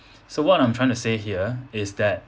so what I'm trying to say here is that